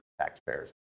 taxpayers